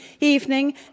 evening